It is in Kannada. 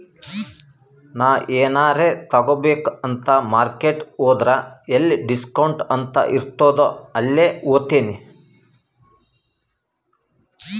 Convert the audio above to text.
ನಾ ಎನಾರೇ ತಗೋಬೇಕ್ ಅಂತ್ ಮಾರ್ಕೆಟ್ ಹೋದ್ರ ಎಲ್ಲಿ ಡಿಸ್ಕೌಂಟ್ ಅಂತ್ ಇರ್ತುದ್ ಅಲ್ಲೇ ಹೋತಿನಿ